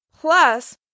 Plus